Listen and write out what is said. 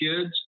kids